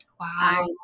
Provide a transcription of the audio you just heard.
wow